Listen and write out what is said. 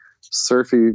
surfy